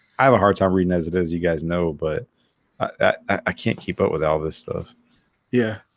i have a hard time reading as it is you guys know but i can't keep up with all this stuff yeah,